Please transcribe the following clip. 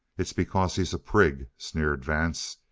it's because he's a prig, sneered vance.